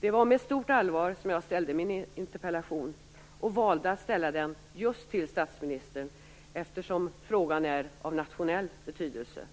Det var med stort allvar jag ställde interpellationen, och valde att ställa den till just statsministern eftersom frågan är av nationell betydelse.